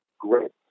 Great